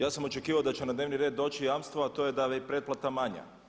Ja sam očekivao da će na dnevni red doći jamstvo, a to je da je pretplata manja.